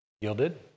Yielded